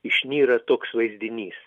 išnyra toks vaizdinys